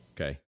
Okay